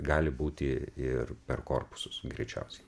gali būti ir per korpusus greičiausiai